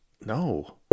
No